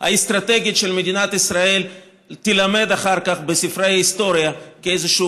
האסטרטגית של מדינת ישראל תילמד אחר כך בספרי ההיסטוריה כאיזשהו